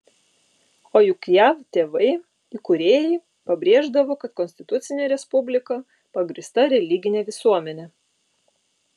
o juk jav tėvai įkūrėjai pabrėždavo kad konstitucinė respublika pagrįsta religine visuomene